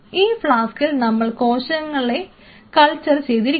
ഈ ഫ്ലാസ്കിൽ നമ്മൾ കോശങ്ങളെ കൾച്ചർ ചെയ്തിരിക്കുന്നു